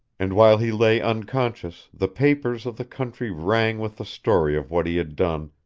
and while he lay unconscious, the papers of the country rang with the story of what he had done,